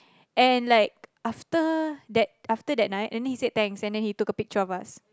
and like after that after that night and then he said thanks and then he took a picture of us